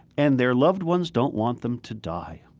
and their loves ones don't want them to die.